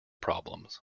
problems